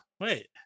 Wait